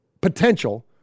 potential